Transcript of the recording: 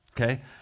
okay